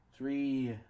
Three